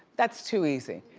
that's too easy.